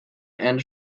and